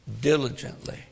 diligently